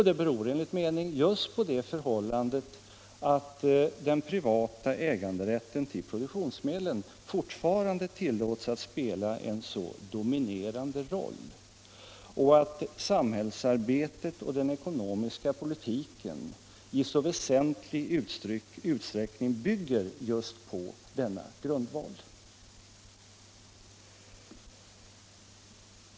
Det beror enligt min mening just på det förhållandet att den privata äganderätten till produktionsmedlen fortfarande tillåts spela en så dominerande roll och 177 att samhällsarbetet och den ekonomiska politiken i så väsentlig utsträckning bygger på denna grundval.